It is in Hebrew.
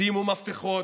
שימו מפתחות,